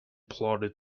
plodded